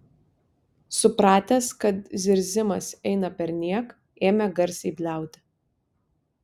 supratęs kad zirzimas eina perniek ėmė garsiai bliauti